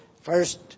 first